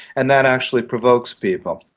and that actually provokes people.